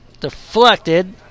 deflected